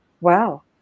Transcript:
wow